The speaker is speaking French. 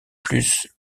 plus